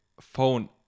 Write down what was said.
phone